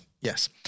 Yes